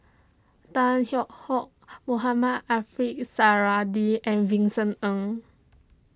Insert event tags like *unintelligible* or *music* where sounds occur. Tan Hwee Hock Mohamed *unintelligible* Suradi and Vincent Ng